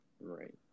Right